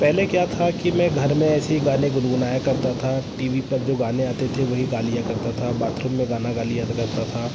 पहले क्या था कि मैं घर में ऐसे ही गाने गुनगुनाया करता था टी वी पर जो गाने आते थे वही गा लिया करता था बाथरूम में गाना गा लिया तो करता था